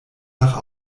nach